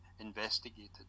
investigated